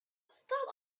stood